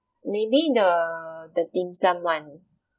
maybe the the dim sum [one]